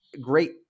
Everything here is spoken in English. great